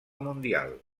mundial